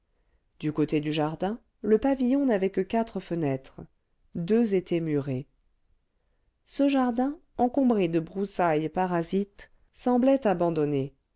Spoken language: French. du côté du jardin le pavillon n'avait que quatre fenêtres deux étaient murées ce jardin encombré de broussailles parasites semblait abandonné